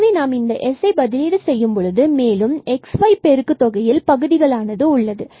எனவே இதை நாம் s பதிலீடு செய்யும்பொழுது மேலும் x y பெருக்கு தொகையில் பகுதிகள் ஆனது உள்ளது